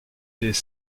des